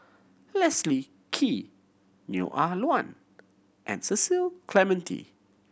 Leslie Kee Neo Ah Luan and Cecil Clementi